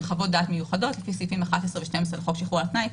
חוות דעת מיוחדות לפי סעיפים 11 ו-12 לחוק שחרור על תנאי,